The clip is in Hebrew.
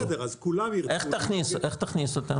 בסדר, אז כולן ירצו -- איך תכניס אותן?